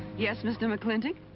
yes, mr. mclintock?